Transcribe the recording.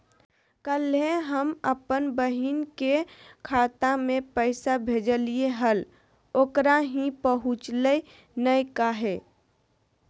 कल्हे हम अपन बहिन के खाता में पैसा भेजलिए हल, ओकरा ही पहुँचलई नई काहे?